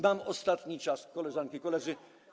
Mam ostatni czas, koleżanki i koledzy.